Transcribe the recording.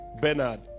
bernard